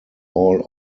all